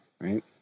Right